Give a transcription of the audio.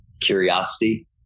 Curiosity